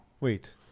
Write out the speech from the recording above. Wait